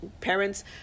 parents